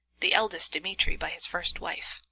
the eldest, dmitri, by his first wife,